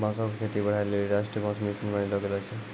बांसो क खेती बढ़ाय लेलि राष्ट्रीय बांस मिशन बनैलो गेलो छै